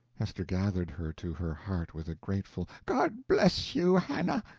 hester gathered her to her heart, with a grateful god bless you, hannah!